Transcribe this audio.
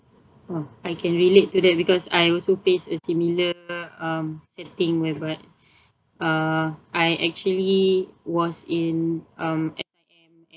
uh I can relate to that because I also faced a similar um setting whereby uh I actually was in um